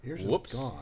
Whoops